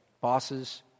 Bosses